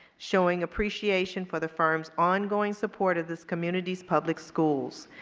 showing appreciation for the firm's ongoing support of this community's public schools.